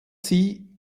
sie